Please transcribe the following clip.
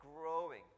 growing